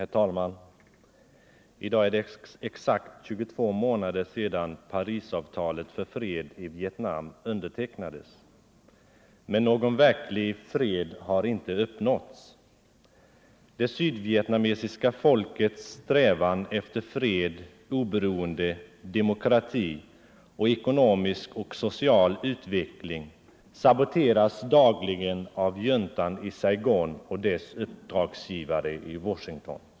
Herr talman! I dag är det exakt 22 månader sedan Parisavtalet för fred i Vietnam undertecknades. Men någon verklig fred har inte uppnåtts. Det sydvietnamesiska folkets strävan efter fred, oberoende, demokrati och ekonomisk och social utveckling saboteras dagligen av juntan i Saigon och dess uppdragsgivare i Washington.